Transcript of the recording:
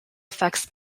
effects